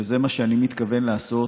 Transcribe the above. וזה מה שאני מתכוון לעשות,